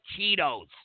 Cheetos